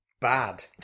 bad